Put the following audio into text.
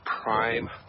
prime